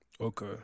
okay